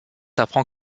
apprend